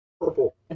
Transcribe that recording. Purple